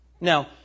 Now